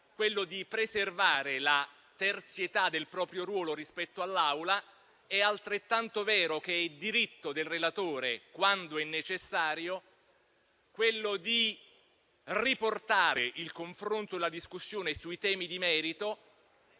possibile, preservare la terzietà del proprio ruolo rispetto all'Assemblea è altrettanto vero che è diritto del relatore, quando è necessario, riportare il confronto e la discussione sui temi di merito,